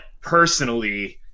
personally